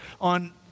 on